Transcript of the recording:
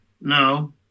No